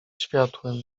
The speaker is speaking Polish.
światłem